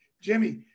Jimmy